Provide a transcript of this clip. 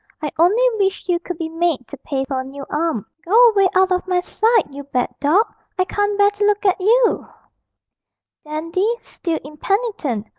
i only wish you could be made to pay for a new arm. go away out of my sight, you bad dog i can't bear to look at you dandy, still impenitent,